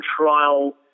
trial